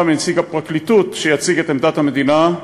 מנציג הפרקליטות שיציג את עמדת המדינה,